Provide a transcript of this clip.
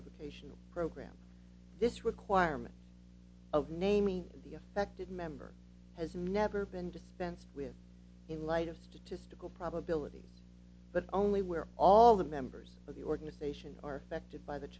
revocation program this requirement of naming the affected member has never been dispensed with in light of statistical probability but only where all the members of the organization are affected by the